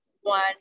one